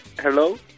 Hello